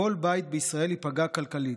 כל בית בישראל ייפגע כלכלית.